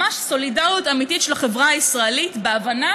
ממש סולידריות אמיתית של החברה הישראלית בהבנה